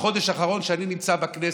בחודש האחרון שאני נמצא בכנסת,